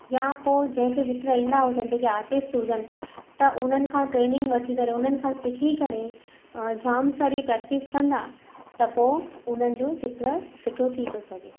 या पोइ जंहिंखे चित्र ईंदा हुजनि जेके आर्टिस्ट हुजनि त उन्हनि खां ट्रेनिंग वठी करे उन्हनि खां सिखी करे जाम सारी प्रैक्टिस कंदा त पोइ उन्हनि जो चित्र सुठो थी थो सघे